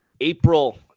April